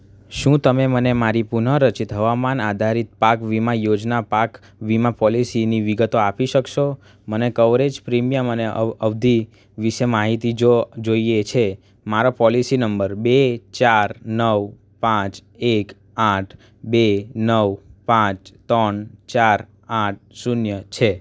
શું તમે મને મારી પુન રચિત હવામાન આધારિત પાક વીમા યોજના પાક વીમા પોલિસીની વિગતો આપી શકશો મને કવરેજ પ્રીમિયમ અને અવધિ વિશે માહિતી જો જોઈએ છે મારો પોલિસી નંબર બે ચાર નવ પાંચ એક આઠ બે નવ પાંચ ત્રણ ચાર આઠ શૂન્ય છે